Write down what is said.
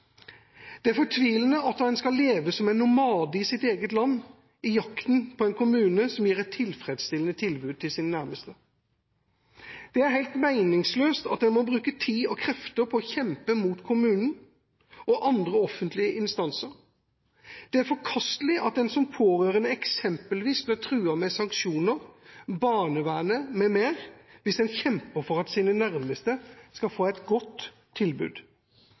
Det er fortvilende at en skal leve som en nomade i sitt eget land, i jakten på en kommune som gir et tilfredsstillende tilbud til ens nærmeste. Det er helt meningsløst at en må bruke tid og krefter på å kjempe mot kommunen og andre offentlige instanser. Det er forkastelig at en som pårørende eksempelvis blir truet med sanksjoner, barnevernet m.m. hvis en kjemper for at ens nærmeste skal få et godt tilbud.